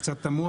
קצת תמוה